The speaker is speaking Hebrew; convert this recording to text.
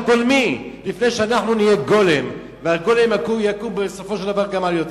לפני שאנחנו נהיה גולם והגולם יקום בסופו של דבר על יוצרו.